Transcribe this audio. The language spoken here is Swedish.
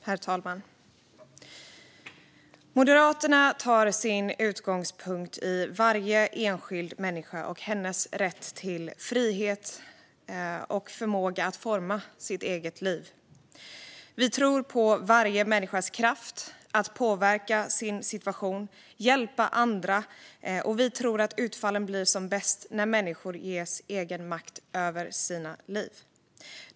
Herr talman! Moderaterna tar sin utgångspunkt i varje enskild människa och hennes rätt till frihet och förmåga att forma sitt eget liv. Vi tror på varje människas kraft att påverka sin situation och hjälpa andra. Och vi tror att utfallen blir som bäst när människor ges egen makt över sina liv.